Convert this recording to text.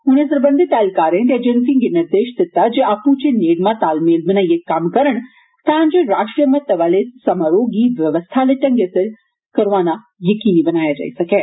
उन्ने सरबंधत ऐहलकारें ते एजेंसिएं गी निर्देश दित्ता जे आपू चै नेड़मा तालमेल बनाइयै कम्म करन तांजे राश्ट्री महत्व आहले इस समारोह गी बवस्था आहले ढंग्गै सिर करोआना यकीनी बनाया जाई सकै